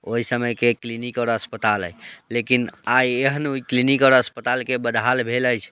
ओहि समयके क्लिनिक आओर अस्पताल अइ लेकिन आइ एहन ओहि क्लिनिक आओर अस्पतालके बदहाल भेल अछि